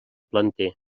planter